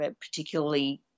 particularly